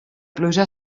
pluja